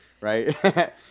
right